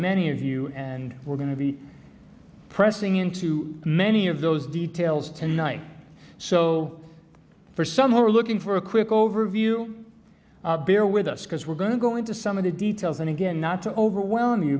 many of you and we're going to be pressing into many of those details tonight so for some who are looking for a quick overview bear with us because we're going to go into some of the details and again not to overwhelm